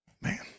Man